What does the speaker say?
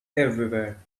everywhere